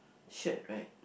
shirt right